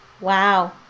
Wow